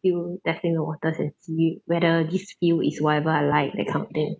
still tapping in the waters and see it whether this field is whatever I like that kind of thing